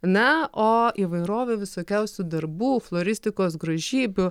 na o įvairovė visokiausių darbų floristikos grožybių